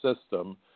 system